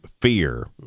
fear